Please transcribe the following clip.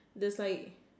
there's like